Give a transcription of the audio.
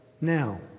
now